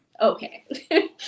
okay